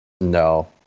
No